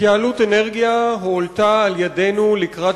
התייעלות אנרגיה הועלתה על-ידינו לקראת